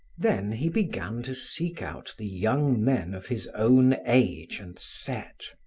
then he began to seek out the young men of his own age and set.